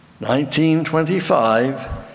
1925